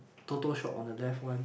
Toto shop on the left one